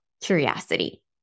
curiosity